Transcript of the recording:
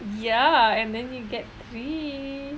ya and then you get three